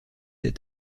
ses